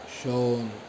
shown